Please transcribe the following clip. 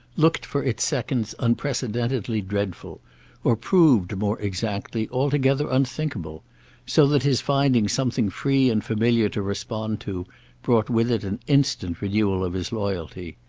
looked for its seconds unprecedentedly dreadful or proved, more exactly, altogether unthinkable so that his finding something free and familiar to respond to brought with it an instant renewal of his loyalty.